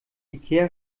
ikea